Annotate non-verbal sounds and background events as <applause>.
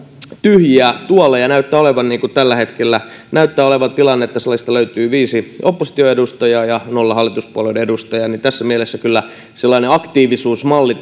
tyhjiä tuoleja näyttää olevan tällä hetkellä näyttää olevan tilanne että salista löytyy viisi opposition edustajaa ja nolla hallituspuolueiden edustajaa tässä mielessä kyllä sellainen aktiivisuusmalli <unintelligible>